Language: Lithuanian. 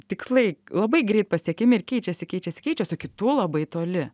tikslai labai greit pasiekiami ir keičiasi keičiasi keičiasi kitų labai toli